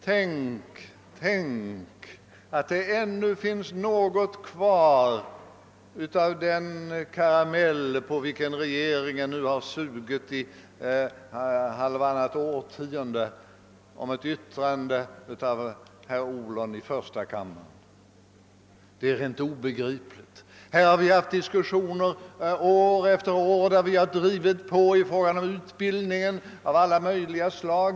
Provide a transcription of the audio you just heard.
Tänk att det ändå finns något kvar av den karamell, på vilken regeringen nu har sugit i halvtannat årtionde! Det var ett yttrande som på sin tid fälldes av herr Ohlon i första kammaren. Det är helt obegripligt att man alltjämt kör med detta argument. Här har vi år efter år haft diskussioner. Vi har i oppositionen drivit på i fråga om utbildning av alla möjliga slag.